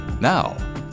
Now